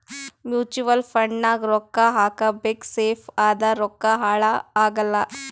mutual fund ನಾಗ್ ರೊಕ್ಕಾ ಹಾಕಬೇಕ ಸೇಫ್ ಅದ ರೊಕ್ಕಾ ಹಾಳ ಆಗಲ್ಲ